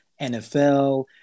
NFL